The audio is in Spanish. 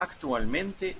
actualmente